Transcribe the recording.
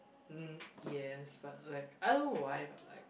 um yes but like I don't know why but like